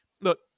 look